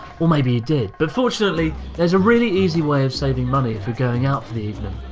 or maybe you did? but fortunately there's a really easy way of saving money if you're going out for the evening.